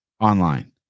online